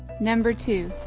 number two.